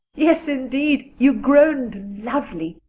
yes, indeed, you groaned lovely,